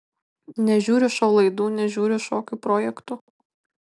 nežiūriu šou laidų nežiūriu šokių projektų